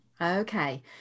Okay